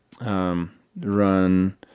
run